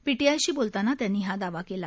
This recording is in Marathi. पीटीआयशी बोलताना त्यांनी हा दावा केला